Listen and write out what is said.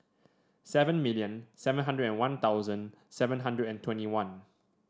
seven million seven hundred and One Thousand seven hundred and twenty one